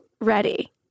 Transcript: ready